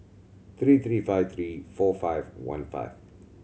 three three five three four five one five